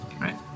right